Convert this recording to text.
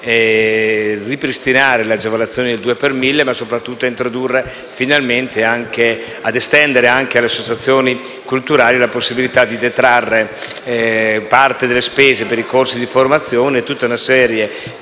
a ripristinare le agevolazioni del 2 per mille ma soprattutto estendere finalmente anche alle associazioni culturali la possibilità di detrarre parte delle spese per i corsi di formazione e tutta una serie di